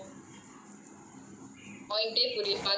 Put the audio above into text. A_J_C verses A_C_J_C